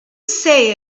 say